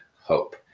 hope